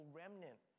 remnant